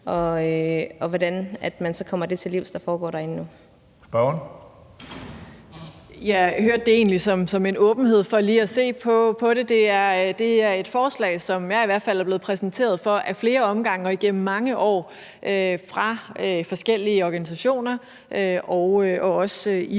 Nawa (RV): Det hørte jeg egentlig som en åbenhed over for lige at se på det. Det er et forslag, som jeg i hvert fald er blevet præsenteret for ad flere omgange og igennem mange år af forskellige organisationer, også i